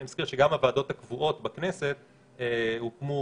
אני מזכיר שגם הוועדות הקבועות בכנסת הוקמו